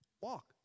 Walk